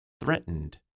threatened